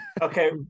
Okay